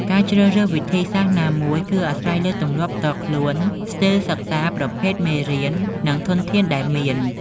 ការជ្រើសរើសវិធីសាស្ត្រណាមួយគឺអាស្រ័យលើទម្លាប់ផ្ទាល់ខ្លួន ស្ទីលសិក្សា ប្រភេទមេរៀន និងធនធានដែលមាន។